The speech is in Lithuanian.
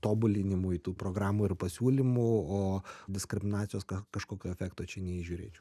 tobulinimui tų programų ir pasiūlymų o diskriminacijos kažkokio efekto čia neįžiūrėčiau